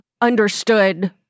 understood